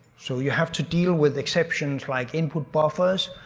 so you have to deal with exceptions like input buffers,